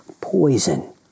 poison